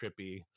trippy